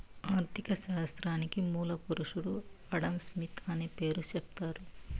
ఆర్ధిక శాస్త్రానికి మూల పురుషుడు ఆడంస్మిత్ అనే పేరు సెప్తారు